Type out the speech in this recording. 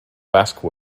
basque